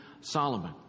Solomon